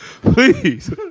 Please